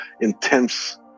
intense